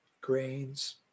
grains